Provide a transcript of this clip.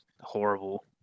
horrible